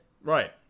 right